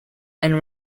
and